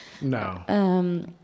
No